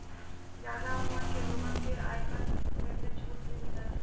जादा उमर के लोगन के आयकर में से छुट भी मिलला